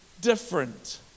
different